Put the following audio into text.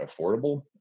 affordable